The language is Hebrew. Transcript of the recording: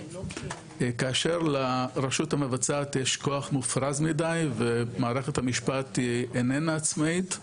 כאשר לרשות המבצעת יש כוח מופרז מידי ומערכת המשפט איננה עצמאית,